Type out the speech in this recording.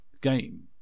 game